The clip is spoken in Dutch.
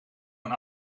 een